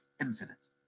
infinite